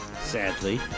Sadly